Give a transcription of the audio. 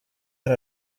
out